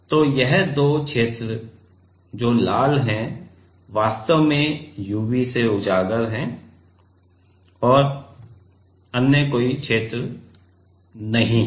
तो यह दो क्षेत्र जो लाल हैं वास्तव में UV के उजागर में हैं और अन्य क्षेत्र नहीं हैं